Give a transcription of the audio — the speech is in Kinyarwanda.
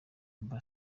amb